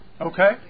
Okay